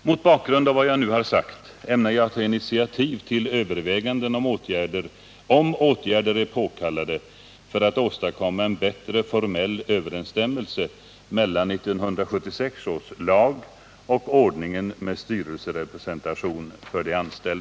Mot bakgrund av vad jag nu har sagt ämnar jag ta initiativ till överväganden, om åtgärder är påkallade för att åstadkomma en bättre formell